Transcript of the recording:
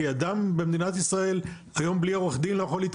אדם במדינת ישראל לא יכול להתקדם היום בלי עורך דין.